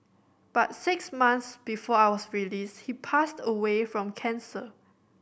but six months before I was released he passed away from cancer